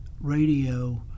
radio